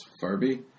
Furby